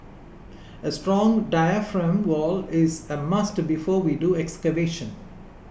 a strong diaphragm wall is a must before we do excavation